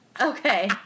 Okay